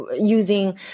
using